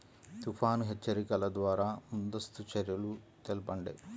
తుఫాను హెచ్చరికల ద్వార ముందస్తు చర్యలు తెలపండి?